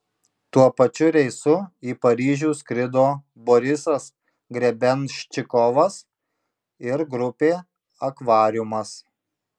tuo pačiu reisu į paryžių skrido borisas grebenščikovas ir grupė akvariumas